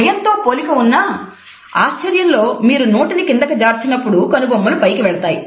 భయంతో పోలిక ఉన్నా ఆశ్చర్యంలో మీరు నోటిని కిందకు జార్చిన్నప్పుడు కనుబొమ్మలు పైకి వెళతాయి